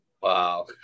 Wow